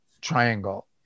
triangle